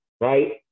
right